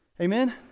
Amen